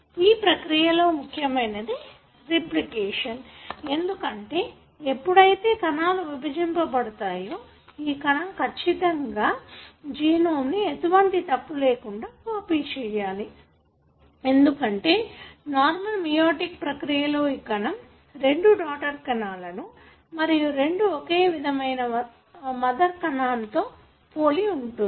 కాబట్టి ఈ ప్రక్రియలో ముఖ్యమైనది రిప్లికేషన్ ఎందుకంటే ఎప్పుడైతే కణాలు విభజించ బడతాయో ఈ కణం కచ్చితంగా జీనోమ్ ను ఎటువంటి తప్పు లేకుండా కాపీ చెయ్యాలి ఎందుకంటే నార్మల్ మియోటిక్ ప్రక్రియలో ఈ కణం రెండు డాటర్ కణాలను మరియు రెండు ఒకే రకమైన మదర్ కణం తో పోలి ఉంటుంది